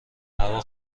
هوا